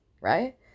right